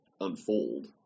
unfold